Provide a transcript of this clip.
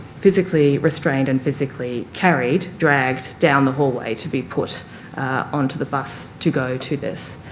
physically restrained and physically carried, dragged down the hallway to be put on to the bus to go to this.